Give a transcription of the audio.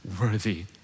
worthy